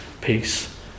peace